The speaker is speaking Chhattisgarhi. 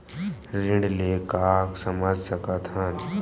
ऋण ले का समझ सकत हन?